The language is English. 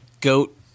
goat